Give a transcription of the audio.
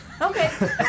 Okay